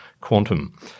quantum